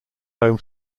home